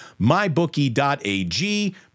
MyBookie.ag